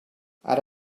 ara